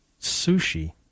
Sushi